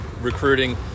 recruiting